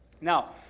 Now